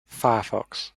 firefox